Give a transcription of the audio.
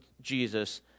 Jesus